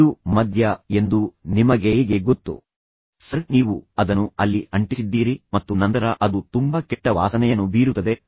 ಇದು ಮದ್ಯ ಎಂದು ನಿಮಗೆ ಹೇಗೆ ಗೊತ್ತು ಸರ್ ನೀವು ಅದನ್ನು ಅಲ್ಲಿ ಅಂಟಿಸಿದ್ದೀರಿ ಮತ್ತು ನಂತರ ಅದು ತುಂಬಾ ಕೆಟ್ಟ ವಾಸನೆಯನ್ನು ಬೀರುತ್ತದೆ